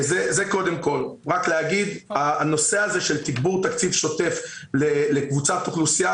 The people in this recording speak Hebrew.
רק להגיד שהנושא הזה של תגבור תקציב שוטף לקבוצת אוכלוסייה,